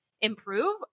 improve